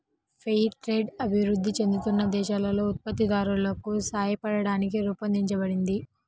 fair trade అభివృద్ధి చెందుతున్న దేశాలలో ఉత్పత్తిదారులకు సాయపట్టానికి రూపొందించబడింది